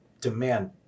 demand